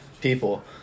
people